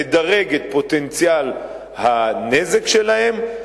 תדרג את פוטנציאל הנזק שלהם,